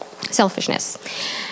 Selfishness